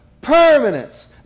permanence